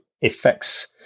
effects